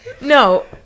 no